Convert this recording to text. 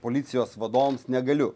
policijos vadovams negaliu